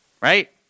Right